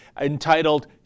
entitled